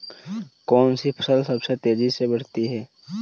कौनसी फसल सबसे तेज़ी से बढ़ती है?